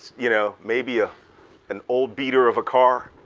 you know maybe ah an old beater of a car,